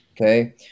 Okay